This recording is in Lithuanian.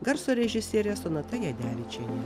garso režisierė sonata jadevičienė